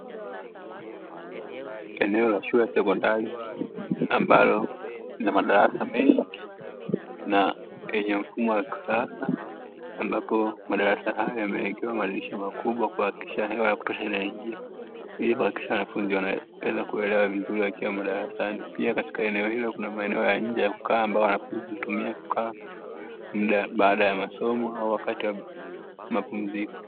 Eneo la shule ya sekondari ambalo lina madarasa mengi na yenye mfumo wa kisasa, ambapo madarasa hayo yamewekewa madirisha makubwa ilikuhakikisha hewa ya kutosha inaingia na waelewe vizuri wakiwa darasani katika maeneo hayo, kuna sehemu ya wanafunzi wanatumia kukaa mda baada ya masomo au wakati wa masomo au mapumziko.